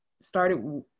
started